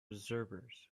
observers